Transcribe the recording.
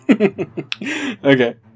okay